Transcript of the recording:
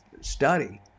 study